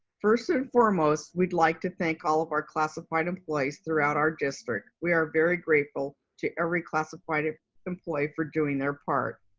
first and foremost, we'd like to thank all of our classified employees throughout our district. we are very grateful to every classified ah employee for doing their part.